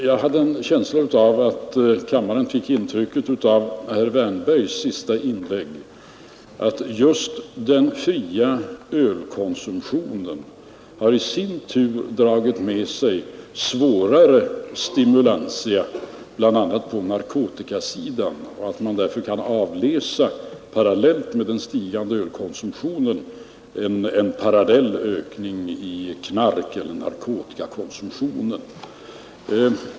Jag hade en känsla av att kammaren fick intrycket av herr Wärnbergs senaste inlägg att just den fria ölkonsumtionen har dragit med sig svårare stimulantia, bl.a. på narkotikasidan, och att man därför, parallellt med den stigande ölkonsumtionen, kan avläsa en ökning i narkotikakonsumtionen.